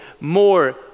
more